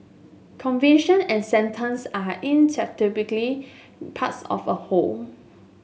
conviction and sentence are parts of a whole